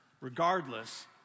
regardless